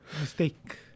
mistake